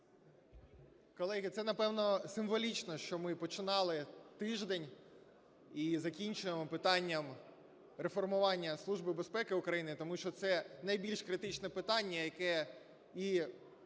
Колеги, це напевно символічно, що ми починали тиждень і закінчуємо питанням реформування Служби безпеки України, тому що це найбільш критичне питання, яке і